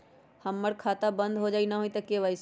हमर खाता बंद होजाई न हुई त के.वाई.सी?